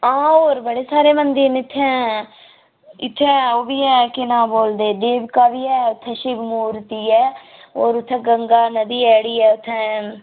हां होर बड़े सारे मंदर ने इत्थै इत्थै ओह् बी ऐ केह् नांऽ बोलदे देवका बी ऐ इत्थै शिव मूर्ती ऐ होर उत्थें गंगा नदी ऐ जेह्ड़ी ऐ उत्थै